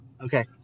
Okay